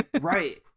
Right